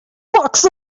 pox